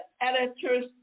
editors